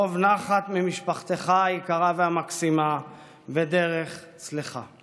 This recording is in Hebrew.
רוב נחת ממשפחתך היקרה והמקסימה ודרך צלחה.